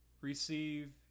receive